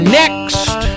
next